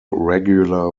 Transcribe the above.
regular